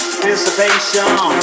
Anticipation